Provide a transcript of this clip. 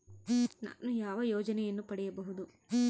ನಾನು ಯಾವ ಯೋಜನೆಯನ್ನು ಪಡೆಯಬಹುದು?